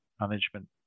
management